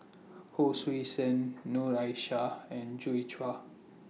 Hon Sui Sen Noor Aishah and Joi Chua